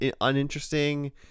uninteresting